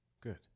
Good